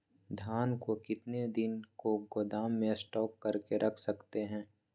धान को कितने दिन को गोदाम में स्टॉक करके रख सकते हैँ?